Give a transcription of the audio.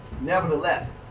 Nevertheless